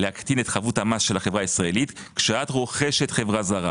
להקטין את חבות המס של החברה הישראלית כשאת רוכשת חברה זרה